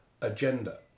agenda